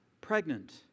pregnant